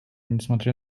несмотря